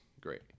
Great